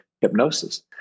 hypnosis